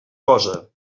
cosa